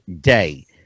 day